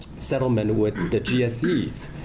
settlement with the gses.